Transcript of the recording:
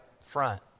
front